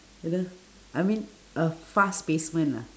you know I mean a fast placement ah